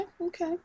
Okay